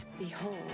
Behold